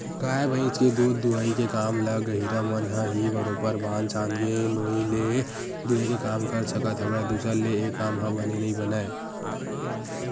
गाय भइस के दूद दूहई के काम ल गहिरा मन ह ही बरोबर बांध छांद के नोई ले दूहे के काम कर सकत हवय दूसर ले ऐ काम ह बने नइ बनय